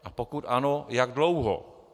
A pokud ano, jak dlouho?